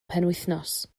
penwythnos